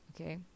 okay